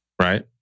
Right